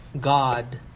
God